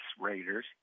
Raiders